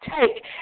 take